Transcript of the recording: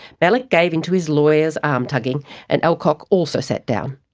malik gave in to his lawyer's arm-tugging and alcock also sat down.